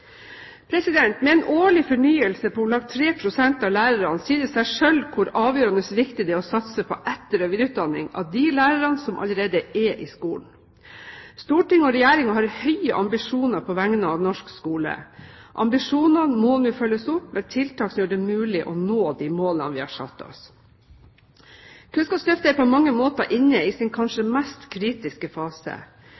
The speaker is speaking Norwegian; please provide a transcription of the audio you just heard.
Med en årlig fornyelse på om lag 3 pst. av lærerne sier det seg selv hvor avgjørende viktig det er å satse på etter- og videreutdanning av de lærerne som allerede er i skolen. Storting og regjering har høye ambisjoner på vegne av norsk skole. Ambisjonene må nå følges opp med tiltak som gjør det mulig å nå de målene vi har satt oss. Kunnskapsløftet er på mange måter inne i sin kanskje